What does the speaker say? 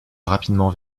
rapidement